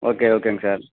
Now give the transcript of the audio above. okay ஓகேங்க sir